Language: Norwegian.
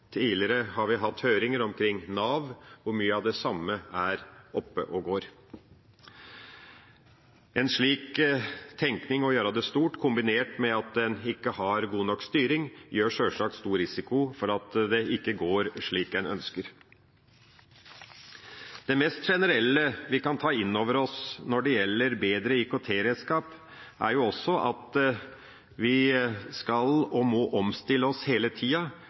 tidligere hatt høringer om Nav, og mye av det samme er oppe og går. En slik tenkning om å gjøre det stort, kombinert med at en ikke har god nok styring, gir selvsagt stor risiko for at det ikke går slik en ønsker. Det mest generelle vi kan ta inn over oss når det gjelder bedre IKT-redskap, er at vi skal og må omstille oss hele